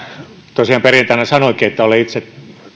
tosiaan perjantaina sanoinkin että olen itse